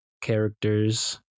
characters